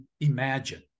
imagine